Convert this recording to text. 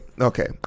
okay